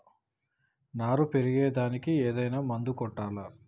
నారు పెరిగే దానికి ఏదైనా మందు కొట్టాలా?